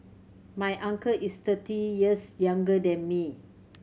my uncle is thirty years younger than me